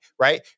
right